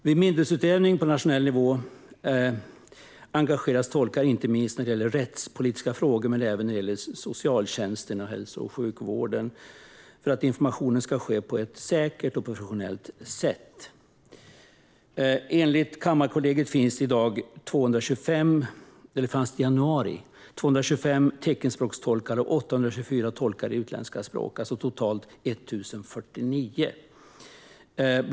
Vid myndighetsutövning på nationell nivå engageras tolkar inte minst när det gäller rättspolitiska frågor men även inom socialtjänsten och hälso och sjukvården för att informationen ska förmedlas på ett säkert och professionellt sätt. Enligt Kammarkollegiet fanns det i januari 225 teckenspråkstolkar och 824 tolkar i utländska språk, totalt 1 049.